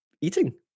eating